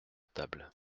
table